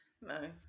No